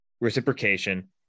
reciprocation